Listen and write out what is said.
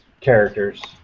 characters